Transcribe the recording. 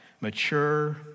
mature